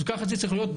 ככה זה צריך להיות.